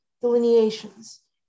delineations